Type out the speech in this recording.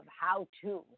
how-to